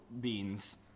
beans